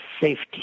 safety